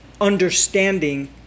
understanding